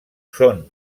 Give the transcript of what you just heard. són